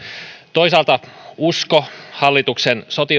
toisaalta usko hallituksen sote